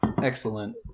Excellent